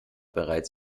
bereits